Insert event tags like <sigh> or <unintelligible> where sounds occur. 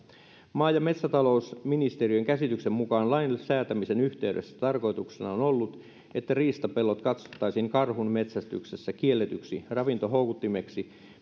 maa ja metsätalousministeriön käsityksen mukaan lain säätämisen yhteydessä tarkoituksena on ollut että riistapellot katsottaisiin karhun metsästyksessä kielletyksi ravintohoukuttimeksi <unintelligible>